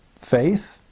faith